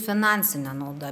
finansinė nauda